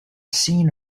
seen